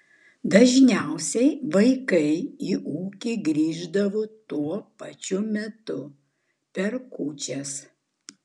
dažniausiai vaikai į ūkį grįždavo tuo pačiu metu per kūčias